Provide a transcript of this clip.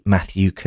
Matthew